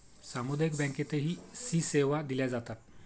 सामुदायिक बँकेतही सी सेवा दिल्या जातात